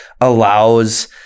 allows